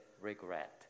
regret